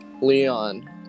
Leon